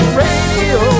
radio